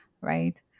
right